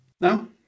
No